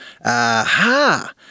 Aha